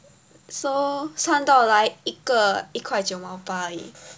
so 算到来一个一块九毛八而已